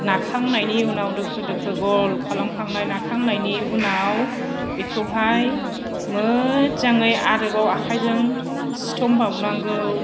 नाखांनायनि उनाव दोखो दोखो गल खालामखांनाय नाखांनायनि उनाव बेखौहाय मोजाङै आरोबाव आखाइजों सिथम बावनांगौ